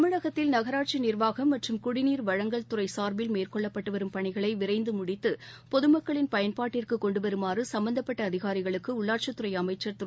தமிழகத்தில் நகராட்சி நீர்வாகம் மற்றும் குடிநீர் வழங்கல் துறை சார்பில் மேற்கொள்ளப்பட்டு வரும் பணிகளை விரைந்து முடித்து பொதுமக்களின் பயன்பாட்டிற்கு கொண்டு வருமாறு சும்பந்தப்பட்ட அதிகாரிகளுக்கு உள்ளாட்சித்துறை அமைச்சர் திரு